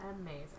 Amazing